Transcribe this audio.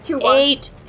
eight